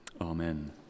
amen